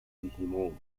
digimon